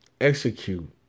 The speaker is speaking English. execute